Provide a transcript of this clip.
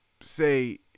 say